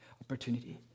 opportunity